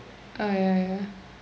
oh ya ya